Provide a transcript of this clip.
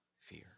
fear